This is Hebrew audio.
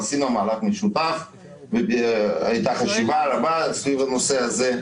עשינו מהלך משותף והייתה חשיבה רבה סביב הנושא הזה.